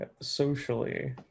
socially